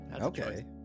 Okay